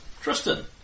Tristan